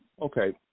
Okay